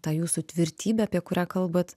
tą jūsų tvirtybę apie kurią kalbat